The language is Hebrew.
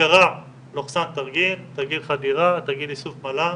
בקרה/ תרגיל, תרגיל חדירה, תרגיל איסוף מל"מ,